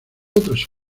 otras